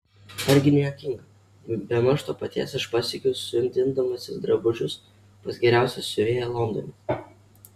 argi ne juokinga bemaž to paties aš pasiekiu siūdindamasis drabužius pas geriausią siuvėją londone